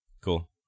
Cool